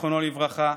זיכרונו לברכה,